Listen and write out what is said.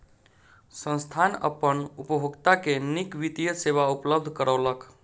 संस्थान अपन उपभोगता के नीक वित्तीय सेवा उपलब्ध करौलक